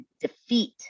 defeat